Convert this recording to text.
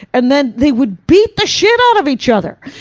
and then they would beat the shit out of each other.